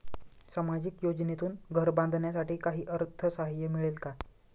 सामाजिक योजनेतून घर बांधण्यासाठी काही अर्थसहाय्य मिळेल का?